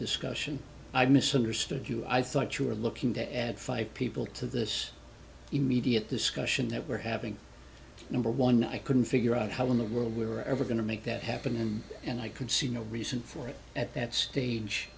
discussion i misunderstood you i thought you were looking to add five people to this immediate discussion that we're having number one i couldn't figure out how in the world we were ever going to make that happen and i could see no reason for it at that stage